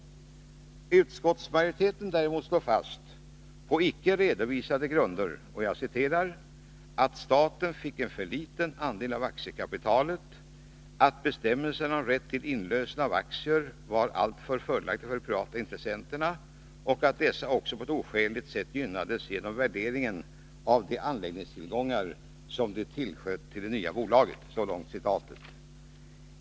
Utskottsmajoriteten slår däremot på icke redovisade grunder fast ”att staten fick en för liten andel av aktiekapitalet, att bestämmelserna om rätt till inlösen av aktier var alltför fördelaktiga för de privata intressenterna och att dessa också på ett oskäligt sätt gynnades genom värderingen av de anläggningstillgångar som de tillsköt till det nya bolaget”.